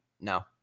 no